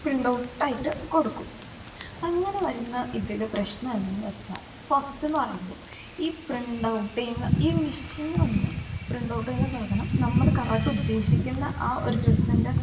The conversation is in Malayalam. പ്രിൻ്റ് ഔട്ടായിട്ട് കൊടുക്കും അങ്ങനെ വരുന്ന ഇതിൽ പ്രശ്നം എന്നായെന്നു വെച്ചാൽ ഫസ്റ്റെന്നു പറയുമ്പോൾ ഈ പ്രിൻ്റ് ഔട്ട് ചെയ്യുന്ന ഈ മഷീൻ വന്ന് പ്രിൻ്റ് ഔട്ട് ചെയ്യുന്ന സാധനം നമ്മൾ കറക്റ്റുദ്ദേശിക്കുന്ന ആ ഒരു ഡ്രസ്സിൻ്റെ